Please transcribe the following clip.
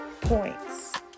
points